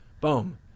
Boom